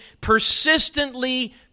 persistently